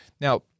Now